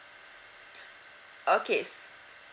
okay s~